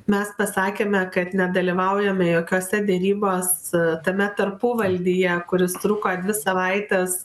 mes pasakėme kad nedalyvaujame jokiose derybos tame tarpuvaldyje kuris truko dvi savaites